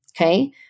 okay